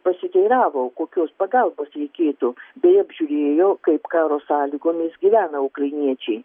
pasiteiravo kokios pagalbos reikėtų bei apžiūrėjo kaip karo sąlygomis gyvena ukrainiečiai